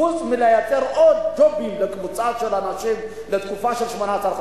חוץ מלייצר עוד ג'ובים לקבוצה של אנשים לתקופה של 18 חודשים,